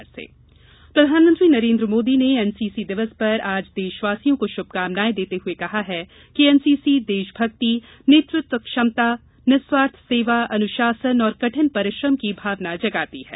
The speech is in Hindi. मन की बात प्रधानमंत्री नरेन्द्र मोदी ने एनसीसी दिवस पर आज देशवासियों को शुभकामनाएं देते हुए कहा है कि एनसीसी देशभक्ति नेतृत्व क्षमता निस्वार्थ सेवा अनुशासन और कठिन परिश्रम की भावना जगाती है